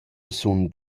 sun